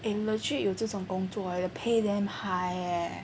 eh legit 有这种工作 eh the pay damn high leh